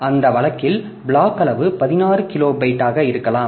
அந்த வழக்கில் பிளாக் அளவு 16 கிலோ பைட்டாக இருக்கலாம்